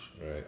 Right